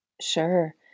Sure